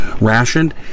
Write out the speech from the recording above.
rationed